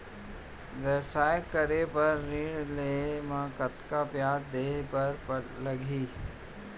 व्यवसाय करे बर ऋण लेहे म कतना ब्याज देहे बर लागही?